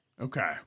Okay